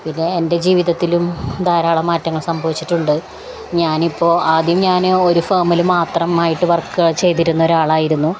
പിന്നെ എൻ്റെ ജീവിതത്തിലും ധാരാളം മാറ്റങ്ങൾ സംഭവിച്ചിട്ടുണ്ട് ഞാനിപ്പോള് ആദ്യം ഞാന് ഒരു ഫേമില് മാത്രമായിട്ട് വർക്ക് ചെയ്തിരുന്ന ഒരാളായിരുന്നു